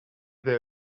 there